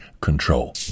control